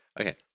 Okay